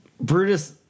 Brutus